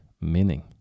meaning